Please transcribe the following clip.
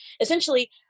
Essentially